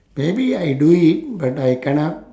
maybe I do it but I cannot